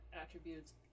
attributes